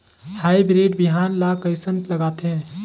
Hybrid बिहान ला कइसन लगाथे?